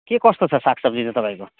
के कस्तो छ साग सब्जी चाहिँ तपाईँको